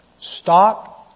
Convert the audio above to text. Stop